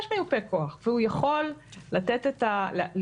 ייפוי כוח או שיגיד לנו אם הוא בעד הטיפול או נגד הטיפול,